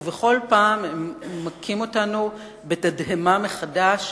ובכל פעם מכים אותנו בתדהמה מחדש.